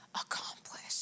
accomplished